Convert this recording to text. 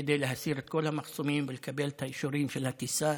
כדי להסיר את כל המחסומים ולקבל את האישורים של הטיסה,